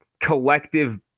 collective